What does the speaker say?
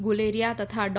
ગુલેરીયા તથા ડો